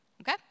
okay